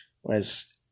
whereas